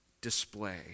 display